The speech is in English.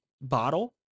bottle